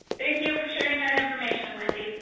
thank you for sharing that information wendy.